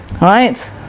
Right